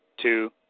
two